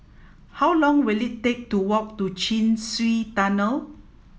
how long will it take to walk to Chin Swee Tunnel